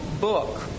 book